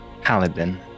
paladin